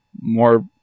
more